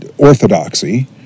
orthodoxy